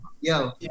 Yo